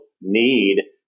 need